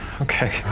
Okay